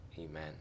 amen